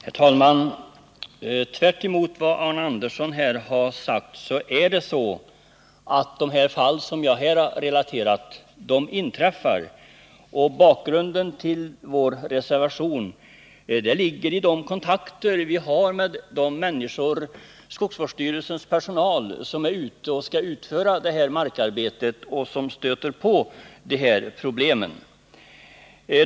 Herr talman! Tvärtemot vad Arne Andersson sade inträffar faktiskt sådana 21 november 1979 fall som jag relaterade. Bakgrunden till vår reservation är de kontakter som vi har med skogsvårdsstyrelsens personal, som skall utföra markarbetet och som stöter på dessa problem.